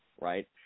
right